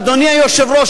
ואדוני היושב-ראש,